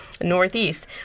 northeast